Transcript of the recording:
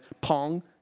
Pong